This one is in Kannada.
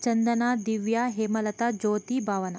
ಚಂದನಾ ದಿವ್ಯ ಹೇಮಲತಾ ಜ್ಯೋತಿ ಭಾವನಾ